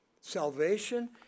Salvation